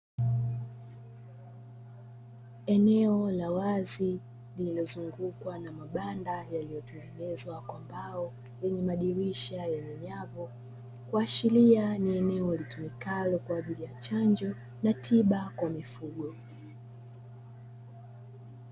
Eneo la wazi lililozungukwa na mabanda yaliyotengenezwa kwa mbao; yenye madirisha yenye nyavu, kuashiria ni eneo litumikalo kwa ajili ya chanjo na tiba kwa mifugo.